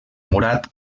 morat